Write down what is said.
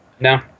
No